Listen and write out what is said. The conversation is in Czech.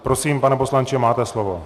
Prosím, pane poslanče, máte slovo.